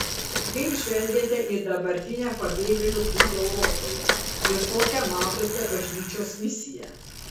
kaip žvelgiate į dabartinę pabėgėlių krizę europoje ir kokią matote bažnyčios misiją